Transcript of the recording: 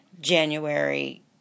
January